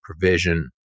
provision